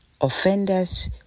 Offenders